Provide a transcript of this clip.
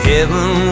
Heaven